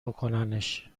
بکننش